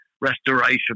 restoration